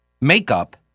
makeup